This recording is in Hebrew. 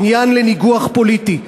עניין לניגוח פוליטי,